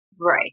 Right